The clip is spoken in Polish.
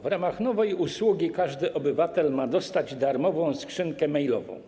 W ramach nowej usługi każdy obywatel ma dostać darmową skrzynkę mailową.